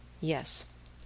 Yes